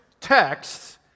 texts